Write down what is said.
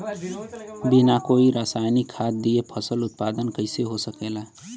बिना कोई रसायनिक खाद दिए फसल उत्पादन कइसे हो सकेला?